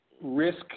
risk